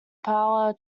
power